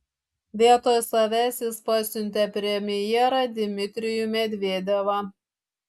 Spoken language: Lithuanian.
vietoj savęs jis pasiuntė premjerą dmitrijų medvedevą